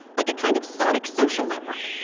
like a kind of sonic social network